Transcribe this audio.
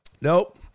Nope